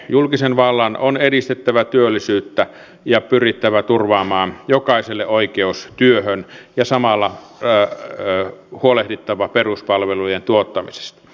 julkisen vallan on edistettävä työllisyyttä ja pyrittävä turvaamaan jokaiselle oikeus työhön ja samalla huolehdittava peruspalveluiden tuottamisesta